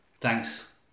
Thanks